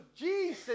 Jesus